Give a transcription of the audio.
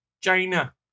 China